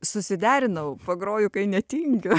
susiderinau pagroju kai netingiu